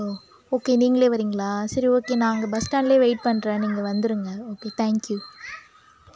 ஓ okay நீங்களே வரிங்களா சரி ஓகே நான் அங்கே பஸ் ஸ்டேண்டிலே வெயிட் பண்ணுறேன் நீங்கள் வந்துடுங்க ஓகே தேங்க்கி யூ